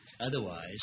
Otherwise